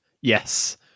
Yes